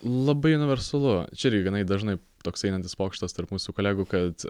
labai universalu čia irgi ganai dažnai toks einantis pokštas tarp mūsų kolegų kad